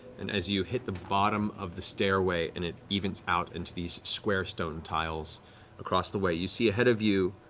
and as you hit the bottom of the stairway and it evens out into these square stone tiles across the way, you see ahead of you